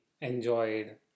enjoyed